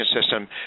system